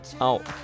out